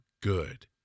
good